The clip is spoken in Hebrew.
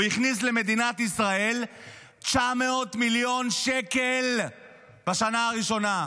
הוא הכניס למדינת ישראל 900 מיליון שקל בשנה הראשונה,